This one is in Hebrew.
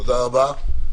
תודה רבה.